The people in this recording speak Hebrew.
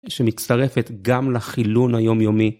שמצטרפת גם לחילון היומיומי.